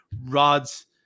rods